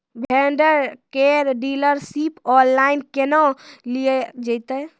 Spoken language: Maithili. भेंडर केर डीलरशिप ऑनलाइन केहनो लियल जेतै?